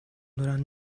دارن